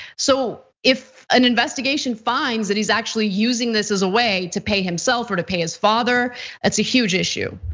so if an investigation finds that he's actually using this as a way to pay himself or to pay his father that's a huge issue.